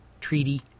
treaty